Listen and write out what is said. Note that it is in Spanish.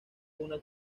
una